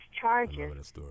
charges